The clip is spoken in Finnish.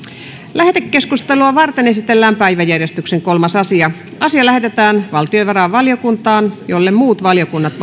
lähetekeskustelua varten esitellään päiväjärjestyksen kolmas asia asia lähetetään valtiovarainvaliokuntaan jolle muut valiokunnat